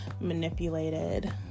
manipulated